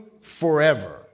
forever